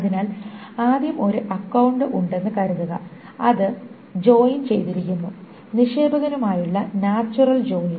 അതിനാൽ ആദ്യം ഒരു അക്കൌണ്ട് ഉണ്ടെന്ന് കരുതുക അത് അത് ജോയിൻ ചെയ്തിരിക്കുന്നു നിക്ഷേപകനുമായുള്ള നാച്ചുറൽ ജോയിൻ